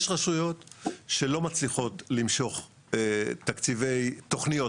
יש רשויות שלא מצליחות למשוך תקציבי תוכניות,